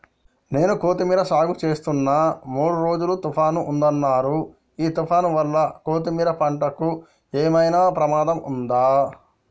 నేను కొత్తిమీర సాగుచేస్తున్న మూడు రోజులు తుఫాన్ ఉందన్నరు ఈ తుఫాన్ వల్ల కొత్తిమీర పంటకు ఏమైనా ప్రమాదం ఉందా?